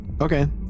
Okay